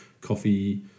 coffee